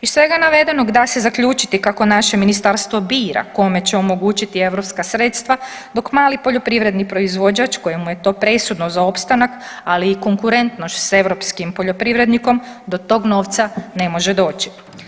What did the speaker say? Iz svega navedenog da se zaključiti kako naše ministarstvo bira kome će omogućiti europska sredstva, dok mali poljoprivredni proizvođač kojemu je to presudno za opstanak ali i konkurentnost sa europskim poljoprivrednikom do tog novca ne može doći.